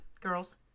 Girls